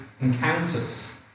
encounters